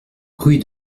rue